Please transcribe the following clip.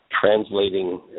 translating